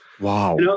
Wow